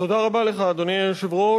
אדוני היושב-ראש,